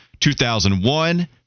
2001